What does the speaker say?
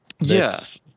yes